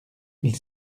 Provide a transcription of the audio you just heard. ils